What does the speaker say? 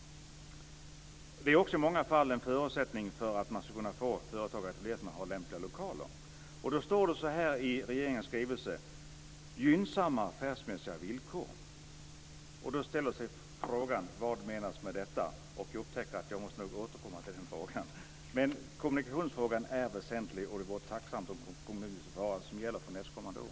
I många fall är en förutsättning för att få företagare just att det finns lämpliga lokaler. I regeringens skrivelser står det om gynnsamma affärsmässiga villkor. Vad menas med detta? Talartiden är slut men jag får väl återkomma till detta. Kommunikationsfrågan är alltså väsentlig. Jag vore tacksam om näringsministern kunde säga vad som gäller för nästkommande år.